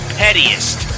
pettiest